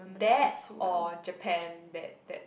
that or Japan that that